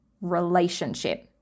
relationship